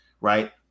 right